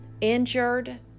injured